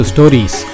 Stories